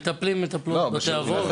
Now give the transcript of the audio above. מטפלים ומטפלות בבתי אבות.